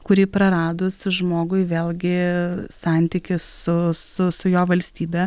kurį praradus žmogui vėlgi santykis su su su jo valstybe